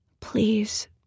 Please